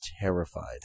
terrified